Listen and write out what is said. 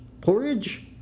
porridge